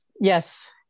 Yes